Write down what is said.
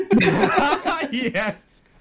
Yes